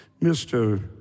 Mr